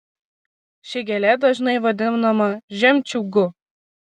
ši gėlė dažnai vadinama žemčiūgu